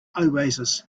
oasis